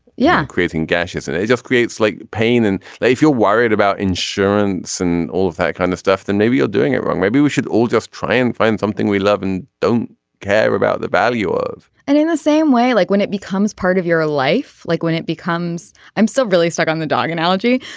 yeah creating gashes and it just creates like pain and they feel worried about insurance and all of that kind of stuff that maybe you're doing it wrong. maybe we should all just try and find something we love and don't care about the value of it in the same way like when it becomes part of your ah life like when it becomes i'm so really stuck on the dog analogy.